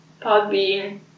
Podbean